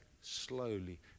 slowly